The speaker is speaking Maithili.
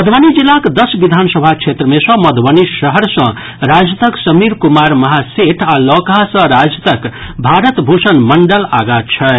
मधुबनी जिलाक दस विधानसभा क्षेत्र मे सॅ मधुबनी शहर सॅ राजदक समीर कुमार महासेठ आ लौकहा सॅ राजदक भारत भूषण मंडल आगां छथि